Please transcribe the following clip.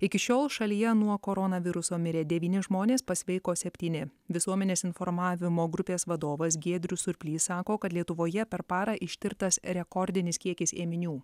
iki šiol šalyje nuo koronaviruso mirė devyni žmonės pasveiko septyni visuomenės informavimo grupės vadovas giedrius surplys sako kad lietuvoje per parą ištirtas rekordinis kiekis ėminių